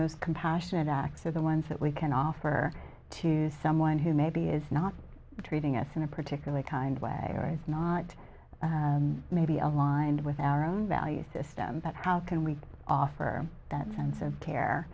most compassionate acts are the ones that we can offer to someone who maybe is not treating us in a particular kind of way or as not maybe aligned with our own value system but how can we offer that sense of care